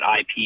IP